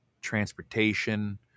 transportation